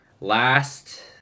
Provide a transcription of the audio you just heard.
last